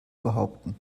behaupten